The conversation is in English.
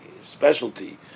specialty